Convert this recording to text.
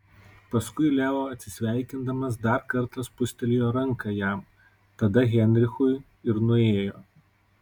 paskui leo atsisveikindamas dar kartą spustelėjo ranką jam tada heinrichui ir nuėjo